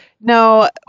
No